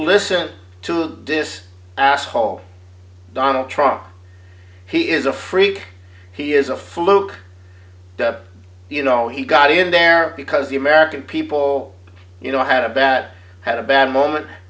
listen to this asshole donald trump he is a freak he is a fluke you know he got in there because the american people you know had a bad had a bad moment